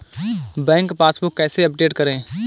Bank passbook कैसे update करें?